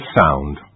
sound